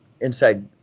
inside